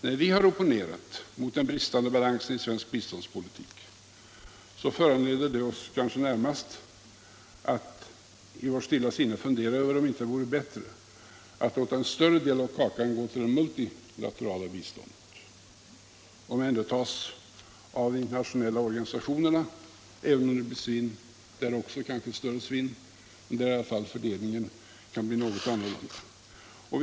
När vi har opponerat mot den bristande balansen i svensk biståndspolitik, så menar vi att det kanske vore bättre att låta en större del av kakan gå till det multilaterala biståndet och omhändertas av internationella organisationer, där det visserligen kan bli ett större svinn, men där i alla fall fördelningen kan bli mycket annorlunda.